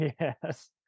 yes